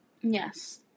Yes